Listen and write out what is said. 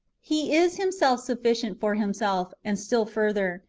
he is himself sufficient for himself and still further,